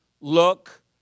look